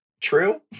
true